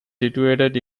situated